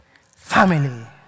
family